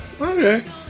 Okay